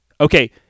Okay